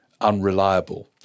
unreliable